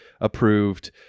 approved